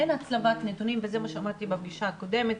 אין הצלבת נתונים וזה מה שאמרתי בפגישה הקודמת,